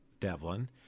Devlin